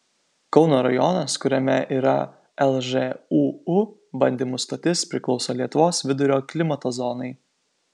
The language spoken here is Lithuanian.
kauno rajonas kuriame yra lžūu bandymų stotis priklauso lietuvos vidurio klimato zonai